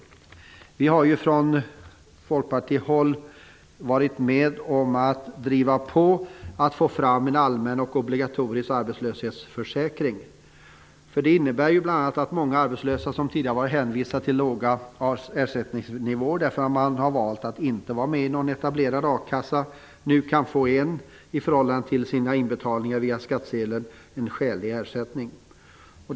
Vi från Folkpartiet har varit med och drivit på för att få fram en allmän obligatorisk arbetslöshetsförsäkring. Det innebär bl.a. att många arbetslösa tidigare varit hänvisade till låga ersättningsnivåer, eftersom de har valt att inte vara med i någon etablerad a-kassa. Dessa arbetslösa kan nu få en i förhållande till sina inbetalningar via skattsedeln skälig ersättning.